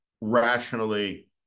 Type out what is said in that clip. rationally